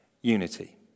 unity